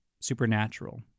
Supernatural